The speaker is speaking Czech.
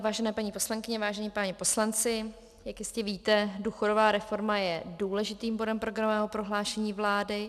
Vážené paní poslankyně, vážení páni poslanci, jak jistě víte, důchodová reforma je důležitým bodem programového prohlášení vlády.